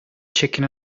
chicken